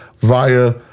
via